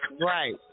Right